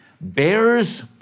bears